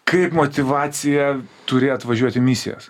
kaip motyvacija turi atvažiuot į misijas